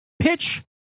pitch